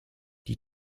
die